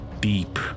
deep